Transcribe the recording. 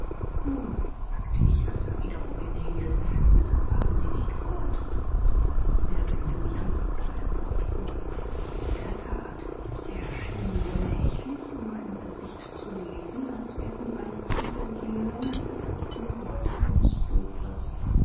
nun sagte ich als er wiederum innehielt weshalb fahren sie nicht fort er blickte mich an bevor er fortfuhr in der that er schien gemächlich in meinem gesicht zu lesen als wären seine züge und linien die gedruckten worte eines buches